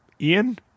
Ian